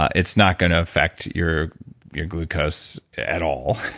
it's not going to affect your your glucose at all,